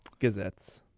Gesetz